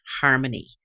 harmony